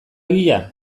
egia